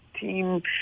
team